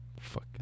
fuck